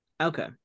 Okay